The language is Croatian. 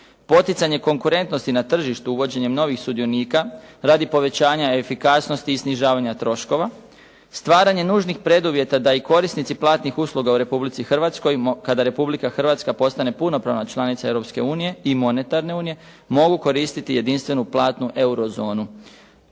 poticanje konkurentnosti na tržištu uvođenjem novih sudionika radi povećanja efikasnosti i snižavanja troškova, stvaranje nužnih preduvjeta da i korisnici platnih usluga u Republici Hrvatskoj, kada Republika Hrvatska postane punopravna članica Europske unije i monetarne unije, može koristiti jedinstvenu platnu eurozonu,